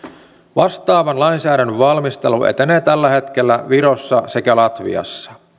vastaavan lainsäädännön valmistelu etenee tällä hetkellä virossa sekä latviassa